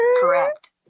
correct